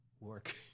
work